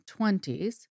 20s